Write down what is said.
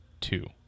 two